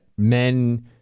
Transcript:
men